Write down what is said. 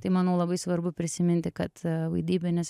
tai manau labai svarbu prisiminti kad vaidybinis